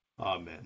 amen